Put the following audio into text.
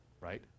right